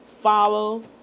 follow